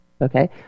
Okay